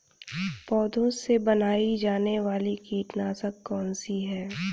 पौधों से बनाई जाने वाली कीटनाशक कौन सी है?